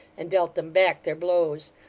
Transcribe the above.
and dealt them back their blows.